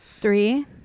Three